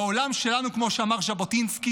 בעולם שלנו, כמו שאמר ז'בוטינסקי,